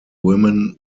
women